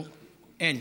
אין.